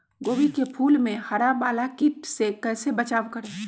गोभी के फूल मे हरा वाला कीट से कैसे बचाब करें?